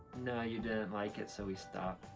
no you didn't like it so we stopped.